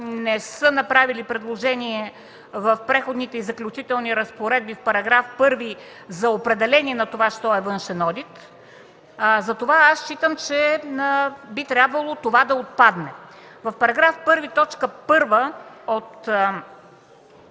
не са направили предложение в Преходните и заключителни разпоредби, в § 1 за определение на това що е външен одит. Затова аз считам, че би трябвало това да отпадне. В § 1, т.